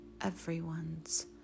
everyone's